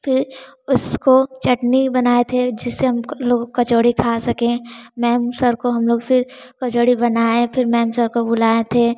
फिर उसको चटनी बनाए थे जिससे लोग कचौड़ी खा सकें मैम सर को हम लोग फिर कचौड़ी बनाएँ फिर मैम सर को बुलाए थे